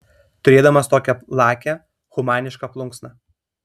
turėdamas tokią lakią humanišką plunksną